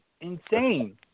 insane